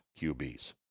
QBs